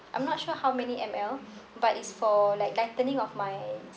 I'm not sure how many M_L but it's for like lightening of my